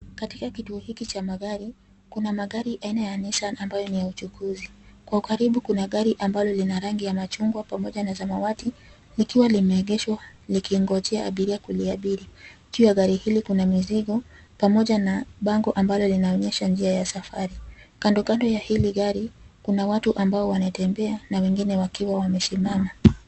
Katika kituo hiki cha magari kuna magari aina ya Nissan ambayo ni ya uchukuzi, kwa ukaribu kuna gari ambalo ni la rangi ya machungwa pamoja na samawati likiwa limeegeshwa likingojea abiria kuliabili. Juu ya gari hili, kuna mizigo pamoja na bango ambalo linaonyesha njia ya safari. Kandokando ya hili gari, kuna watu ambao wanatembea na wengine wakiwa wamesimama.